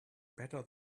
better